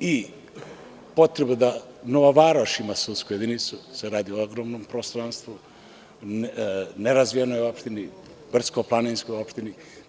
i potrebu da Nova Varoš ima sudsku jedinicu, jer se radi o ogromnom prostranstvu, nerazvijenoj opštini, brdsko-planinskoj opštini.